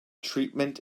treatment